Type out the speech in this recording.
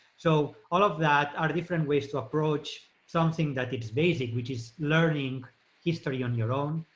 so all of that are different ways to approach something that is basic which is learning history on your own,